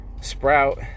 Sprout